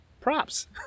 props